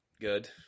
good